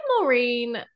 Maureen